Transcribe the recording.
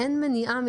שקיימנו.